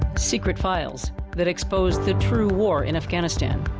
secret files that exposed the true war in afghanistan.